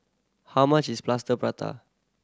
how much is Plaster Prata